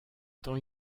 temps